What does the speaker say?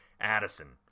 Addison